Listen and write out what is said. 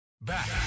back